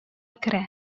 керә